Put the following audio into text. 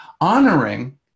honoring